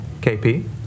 KP